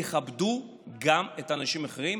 תכבדו גם את האנשים האחרים